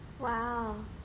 Wow